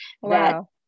Wow